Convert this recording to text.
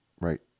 right